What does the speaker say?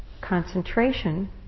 concentration